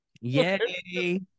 yay